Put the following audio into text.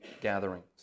gatherings